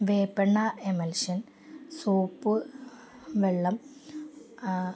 വേപ്പെണ്ണ emulsion soap വെള്ളം